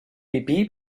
pipí